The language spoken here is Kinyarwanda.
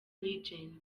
legend